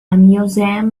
museum